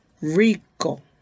rico